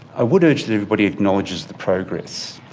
i would urge that everybody acknowledges the progress.